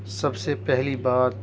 سب سے پہلی بات